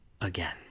again